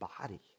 body